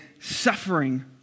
suffering